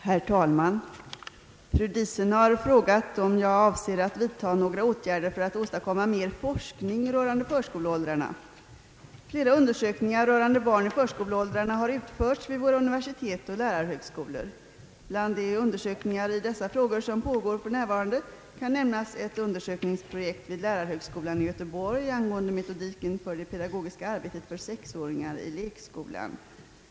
Herr talman! Fru Diesen har frågat om jag avser att vidta åtgärder för att åstadkomma mer forskning rörande förskoleåldrarna. Flera undersökningar rörande barn i förskoleåldrarna har utförts vid våra universitet och lärarhögskolor. Bland de undersökningar i dessa frågor som pågår f.n. kan nämnas ett undersökningsprojekt vid lärarhögskolan i Göteborg angående metodiken för det pedagogiska arbetet för sexåringar i lekskolan.